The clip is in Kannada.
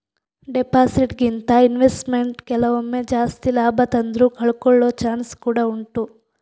ಡೆಪಾಸಿಟ್ ಗಿಂತ ಇನ್ವೆಸ್ಟ್ಮೆಂಟ್ ಕೆಲವೊಮ್ಮೆ ಜಾಸ್ತಿ ಲಾಭ ತಂದ್ರೂ ಕಳ್ಕೊಳ್ಳೋ ಚಾನ್ಸ್ ಕೂಡಾ ಉಂಟು